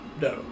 No